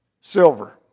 silver